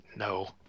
No